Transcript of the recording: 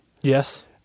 Yes